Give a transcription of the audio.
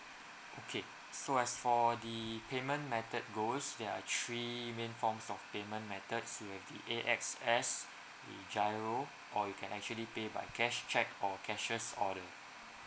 okay so as for the payment method goes there are three main forms of payment methods you have the A X S the G_I_R_O or you can actually pay by cash cheque or cashiers order